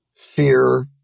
Fear